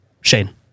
Shane